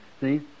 See